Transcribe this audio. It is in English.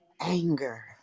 anger